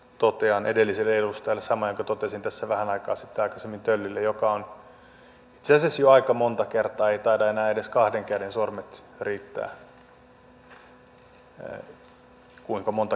totean edelliselle edustajalle saman jonka totesin tässä vähän aikaa sitten aikaisemmin töllille ja joka on itse asiassa jo aika monta kertaa ei taida enää edes kahden käden sormet riittää todettu